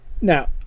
Now